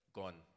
gone